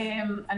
אני